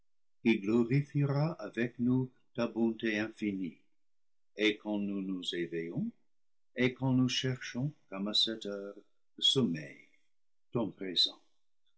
glorifiera avec nous ta bonté infinie et quand nous nous éveillons et quand nous cherchons comme à cette heure le sommeil ton présent